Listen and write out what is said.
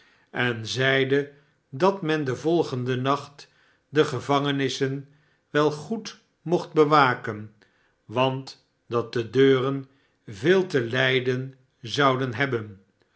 en zeide dat men den volgenden nacht de gevangenissen wel goedmochtbewaken want dat de deuren veel te lijden zouden hebben